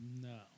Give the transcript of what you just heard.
No